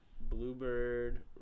Bluebird